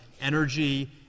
energy